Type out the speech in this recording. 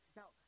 now